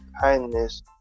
kindness